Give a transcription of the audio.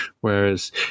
whereas